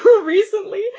recently